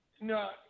No